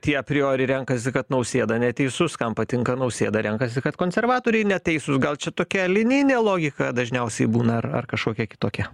tie prijori renkasi kad nausėda neteisus kam patinka nausėda renkasi kad konservatoriai neteisūs gal čia tokia linijinė logika dažniausiai būna ar ar kažkokia kitokia